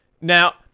Now